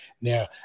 Now